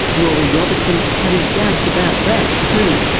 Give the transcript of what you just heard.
rory robertson had his doubts about that too.